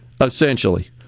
essentially